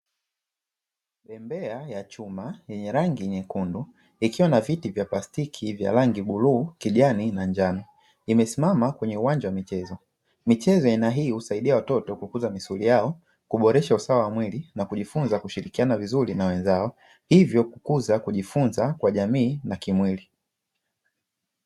Bembea ya chuma yenye rangi nyekundu ikiwa na viti vya plastiki vya rangi bluu, kijani na njano imesimama katika uwanja wa michezo. Michezo ya aina hii husaidia watoto kukuza misuli yao, kuboresha usawa wa mwili na kujifunza kushirikiana vizuri na wenzao, hivyo kukuza kujifunza kwa jamii na kimwili.